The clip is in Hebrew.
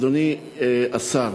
אדוני השר,